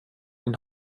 den